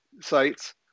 sites